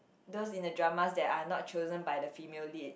those in the dramas that are not chosen by the female lead